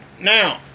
now